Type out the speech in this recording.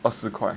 二十块